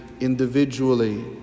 individually